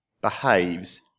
behaves